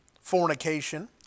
fornication